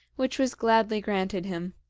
which was gladly granted him,